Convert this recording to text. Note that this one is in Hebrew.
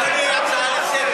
רגע, רגע, רגע, אדוני, הצעה לסדר.